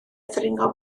ddringo